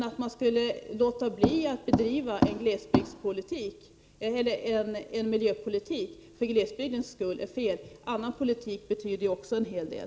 Att man skulle låta bli att bedriva miljöpolitik för glesbygdens skull är fel. Annan politik betyder också en hel del.